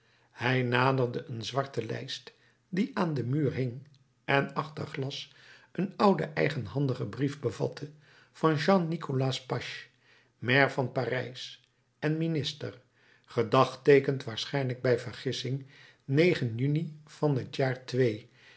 hij naderde een zwarte lijst die aan den muur hing en achter glas een ouden eigenhandigen brief bevatte van jean nicolas pache maire van parijs en minister gedagteekend waarschijnlijk bij vergissing juni van t jaar